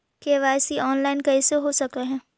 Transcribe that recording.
KYC online कैसे हो सक है?